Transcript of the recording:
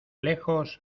lejos